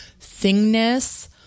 thingness